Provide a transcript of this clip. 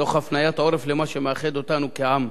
תוך הפניית עורף למה שמאחד אותנו כעם,